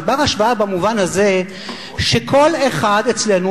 זה בר-השוואה במובן הזה שכל אחד אצלנו,